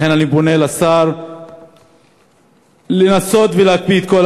לכן אני פונה אל השר לנסות ולהקפיא את כל